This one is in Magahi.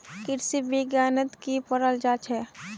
कृषि विज्ञानत की पढ़ाल जाछेक